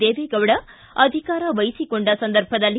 ದೇವೆಗೌಡ ಅಧಿಕಾರ ವಹಿಸಿಕೊಂಡ ಸಂದರ್ಭದಲ್ಲಿ